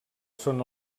són